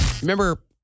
Remember